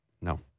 No